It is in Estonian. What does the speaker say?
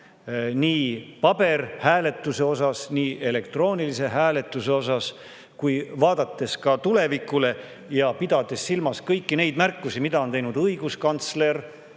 nii paberhääletuse ja elektroonilise hääletuse osas kui vaadates ka tulevikku ja pidades silmas kõiki neid märkusi, mida on teinud õiguskantsler,